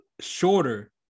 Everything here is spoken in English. shorter